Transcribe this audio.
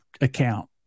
account